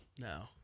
No